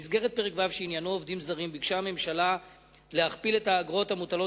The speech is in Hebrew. במסגרת פרק ו' שעניינו עובדים זרים ביקשה הממשלה להכפיל את האגרות המוטלות